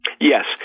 Yes